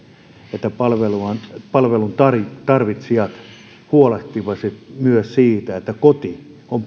että palvelun tarvitsijat huolehtisivat myös siitä että koti on